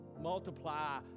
Multiply